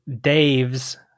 Dave's